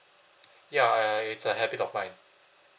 ya I it's a habit of mine